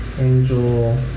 Angel